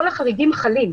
כל החריגים חלים.